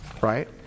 Right